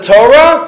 Torah